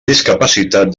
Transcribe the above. discapacitat